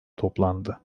toplandı